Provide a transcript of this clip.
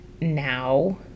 now